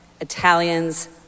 Italians